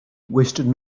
wasted